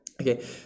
Okay